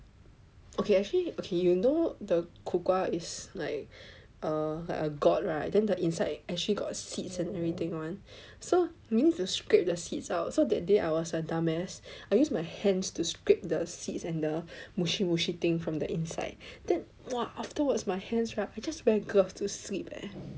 ok actually ok you know the 苦瓜 is like err like a gourd right then the inside actually got seeds and everything [one] so you need to scrape the seeds out so that day I was a dumb ass I use my hands to scrape the seeds and the mushy mushy thing from the inside then !wah! afterwards my hands right I just wear gloves to sleep leh